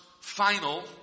final